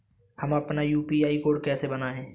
हम अपना UPI code कैसे बनाएँ?